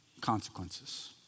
consequences